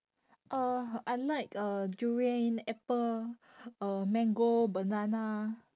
uh I like uh durian apple uh mango banana